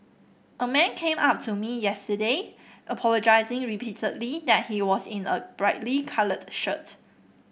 a man came up to me yesterday apologising repeatedly that he was in a brightly coloured shirt